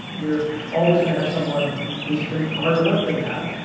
we're always gonna have someone who's go-harder work than that,